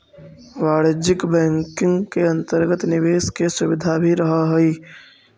वाणिज्यिक बैंकिंग के अंतर्गत निवेश के सुविधा भी रहऽ हइ